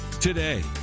today